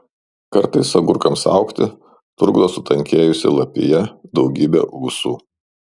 kartais agurkams augti trukdo sutankėjusi lapija daugybė ūsų